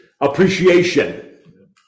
appreciation